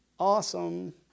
Awesome